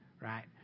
right